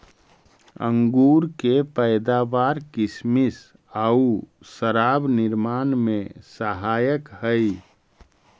अंगूर के पैदावार किसमिस आउ शराब निर्माण में सहायक हइ